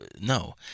No